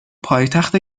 پایتخت